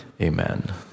amen